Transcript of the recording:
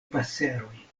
paseroj